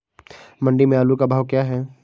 मंडी में आलू का भाव क्या है?